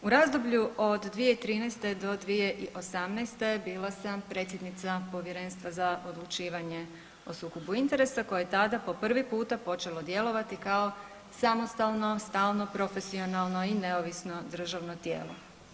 U razdoblju od 2013. do 2018. bila sam predsjednica Povjerenstva za odlučivanje o sukobu interesa koje je tada po prvi puta počelo djelovati kao samostalno stalno profesionalno i neovisno državno tijelo.